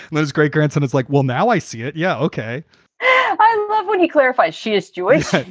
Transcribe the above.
that his great grandson is like, well, now i see it. yeah, ok i love when he clarifies she is doing what